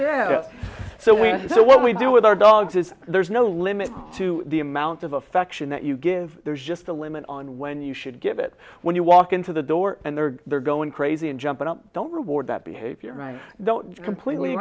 well so what we do with our dogs is there's no limit to the amount of affection that you give there's just a limit on when you should give it when you walk into the door and then they're going crazy and jumping up don't reward that behavior they completely